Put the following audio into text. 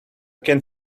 can